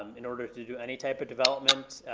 um in order to do any type of development.